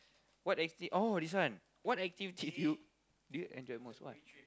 what is this oh this one what activity you do you enjoy most what